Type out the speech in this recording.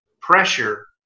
pressure